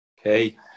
Okay